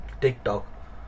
TikTok